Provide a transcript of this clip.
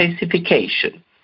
specification